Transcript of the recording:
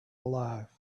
alive